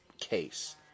case